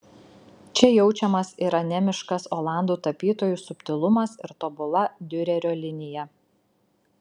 čia jaučiamas ir anemiškas olandų tapytojų subtilumas ir tobula diurerio linija